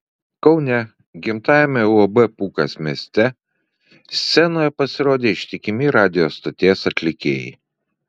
kaune gimtajame uab pūkas mieste scenoje pasirodė ištikimi radijo stoties atlikėjai